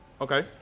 Okay